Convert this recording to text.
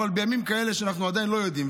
אבל בימים כאלה אנחנו עדיין לא יודעים.